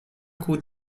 کوه